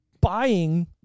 buying